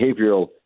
behavioral